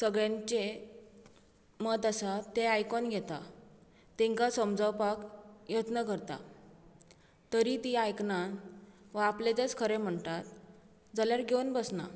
सगळ्यांचें मत आसा तें आयकून घेता तांकां समजावपाक यत्न करतां तरी तीं आयकना वा आपलें तेंच खरें म्हणटात जाल्यार घेवन बसना